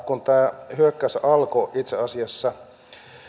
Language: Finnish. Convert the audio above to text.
kun tämä hyökkäys alkoi itse asiassa